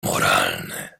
moralny